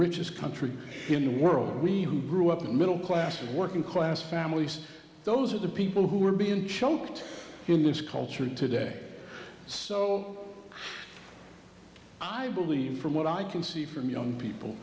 richest country in the world we who grew up middle class and working class families those are the people who are being choked in this culture today so i believe from what i can see from young people